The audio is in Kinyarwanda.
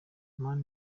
man